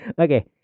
okay